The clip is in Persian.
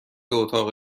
اتاق